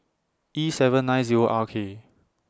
E seven nine Zero R K